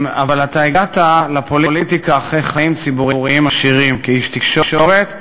אבל הגעת לפוליטיקה אחרי חיים ציבוריים עשירים כאיש תקשורת,